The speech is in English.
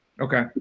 Okay